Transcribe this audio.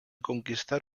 conquistar